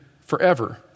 forever